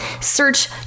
search